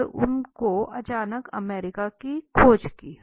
और उसने अचानक अमेरिका की खोज की